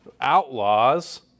outlaws